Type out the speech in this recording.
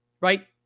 right